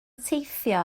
teithio